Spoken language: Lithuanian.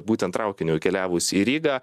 būtent traukiniu keliavus į rygą